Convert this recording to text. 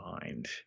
mind